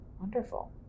Wonderful